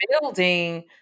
building